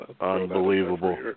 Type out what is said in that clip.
Unbelievable